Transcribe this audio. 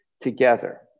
together